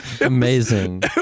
amazing